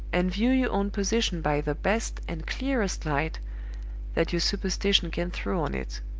and view your own position by the best and clearest light that your superstition can throw on it.